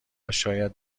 شاید